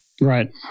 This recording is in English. Right